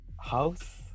house